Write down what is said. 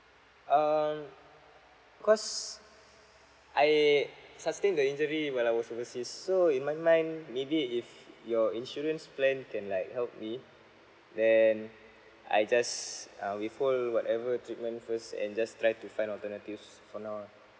um cause I sustained the injury when I was overseas so in my mind maybe if your insurance plan can like help me then I just uh withhold whatever treatment first and just try to find alternatives for now ah